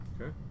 Okay